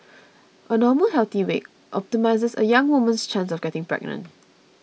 a normal healthy weight optimises a young woman's chance of getting pregnant